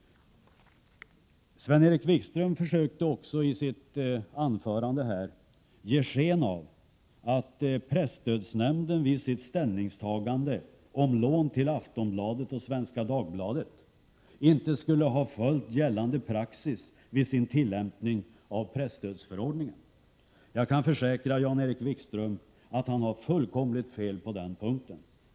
Jan-Erik Wikström försökte också i sitt anförande här att ge sken av att presstödsnämnden vid sitt ställningstagande beträffande lån till Aftonbladet och Svenska Dagbladet inte skulle ha följt gällande praxis vid tillämpningen av presstödsförordningen. Men jag kan försäkra att Jan-Erik Wikström har fullkomligt fel på den punkten.